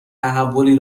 تحولی